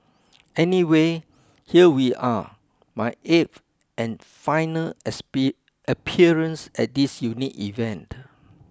anyway here we are my eighth and final appearance at this unique event